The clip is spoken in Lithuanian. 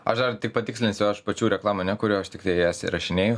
aš dar tik patikslinsiu aš pačių reklamų nekuriu aš tiktai jas įrašinėju